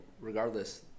regardless